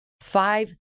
five